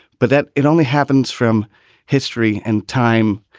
but that it only happens from history and time.